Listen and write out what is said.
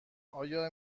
آیا